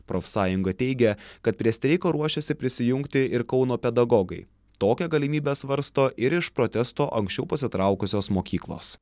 profsąjunga teigia kad prie streiko ruošiasi prisijungti ir kauno pedagogai tokią galimybę svarsto ir iš protesto anksčiau pasitraukusios mokyklos